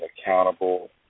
accountable